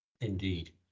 Indeed